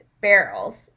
barrels